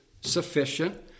sufficient